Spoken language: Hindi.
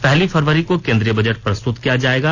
पहली फरवरी को केन्द्रीय बजट प्रस्तुत किया जाएगा